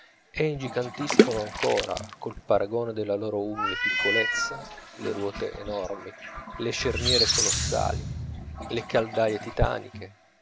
e ingigantiscono ancora col paragone della loro umile piccolezza le ruote enormi le cerniere colossali le caldaie titaniche